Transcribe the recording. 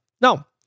Now